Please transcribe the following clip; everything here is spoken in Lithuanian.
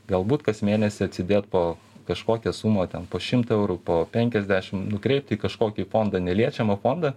galbūt kas mėnesį atsidėt po kažkokią sumą ten po šimtą eurų po penkiasdešim nukreipt į kažkokį fondą neliečiamą fondą